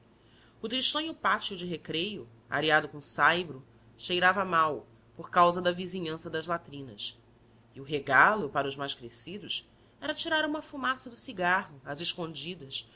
o tristonho pátio de recreio areado com saibro cheirava mal por causa da vizinhança das latrinas e o regalo para os mais crescidos era tirar uma fumaça do cigarro às escondidas